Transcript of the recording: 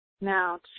Now